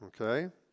Okay